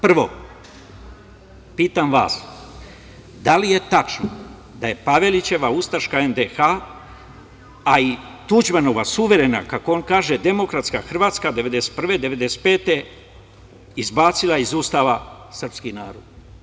Prvo, pitam vas – da li je tačno da je Pavelićeva ustaška NDH, a i Tuđmanova suverena, kako on kaže, demokratska Hrvatska od 1991. do 1995. godine izbacila iz Ustava srpski narod?